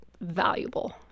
valuable